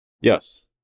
Yes